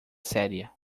séria